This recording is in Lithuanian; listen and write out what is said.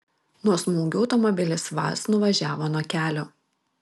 nuo smūgio automobilis vaz nuvažiavo nuo kelio